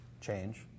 change